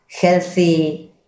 healthy